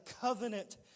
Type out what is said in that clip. covenant